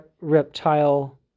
reptile